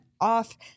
off